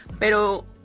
Pero